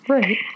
Right